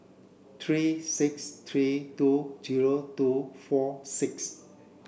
three six three two zero two four six